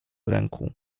ręku